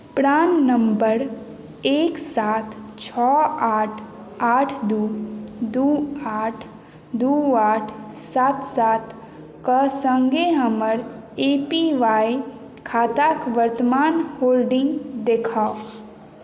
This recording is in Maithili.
प्राण नम्बर एक सात छओ आठ आठ दू दू आठ दू आठ सात सात कऽ सङ्गे हमर ए पी वाइ खाताक वर्तमान होल्डिंग देखाउ